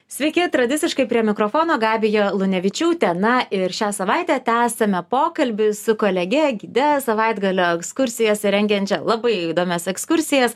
sveiki tradiciškai prie mikrofono gabija lunevičiūtė na ir šią savaitę tęsiame pokalbį su kolege gide savaitgalio ekskursijas rengiančia labai įdomias ekskursijas